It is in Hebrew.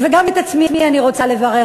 וגם את עצמי אני רוצה לברך,